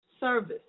service